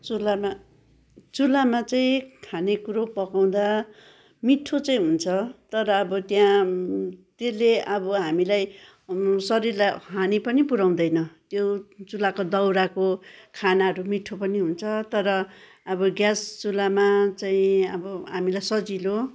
चुल्हामा चुल्हामा चाहिँ खानेकुरो पकाउँदा मिठो चाहिँ हुन्छ तर अब त्यहाँ त्यसले अब हामीलाई शरीरलाई हानी पनि पुर्याउँदैन त्यो चुल्हाको दाउराको खानाहरू मिठो पनि हुन्छ तर अब ग्यास चुल्हामा चाहिँ अब हामीलाई सजिलो